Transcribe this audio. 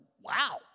wow